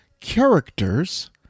characters